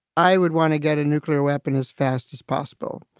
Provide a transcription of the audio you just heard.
i would want to get a nuclear weapon as fast as possible.